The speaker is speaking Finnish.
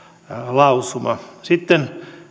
lausuma sitten